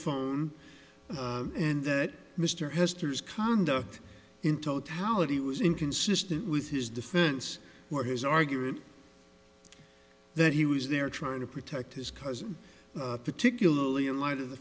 phone and that mr hester's conduct in totality was inconsistent with his defense or his argument that he was there trying to protect his cousin particularly in light of the